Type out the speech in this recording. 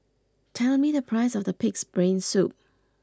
tell me the price of Pig'S Brain Soup